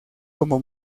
como